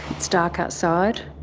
it's dark outside.